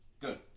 good